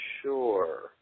sure